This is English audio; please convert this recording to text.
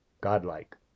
godlike